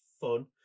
fun